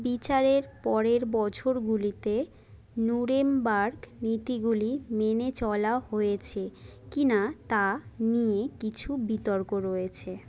বিচারের পরের বছরগুলিতে নুরেমবার্গ নীতিগুলি মেনে চলা হয়েছে কি না তা নিয়ে কিছু বিতর্ক রয়েছে